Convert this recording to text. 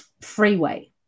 freeway